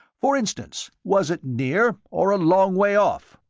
for instance, was it near, or a long way off?